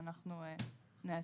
ואנחנו נעדכן.